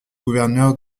gouverneur